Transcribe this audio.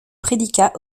prédicat